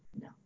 No